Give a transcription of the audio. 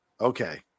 Okay